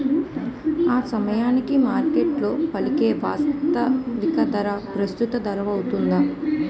ఆసమయానికి మార్కెట్లో పలికే వాస్తవిక ధర ప్రస్తుత ధరౌతుంది